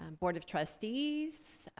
um board of trustees,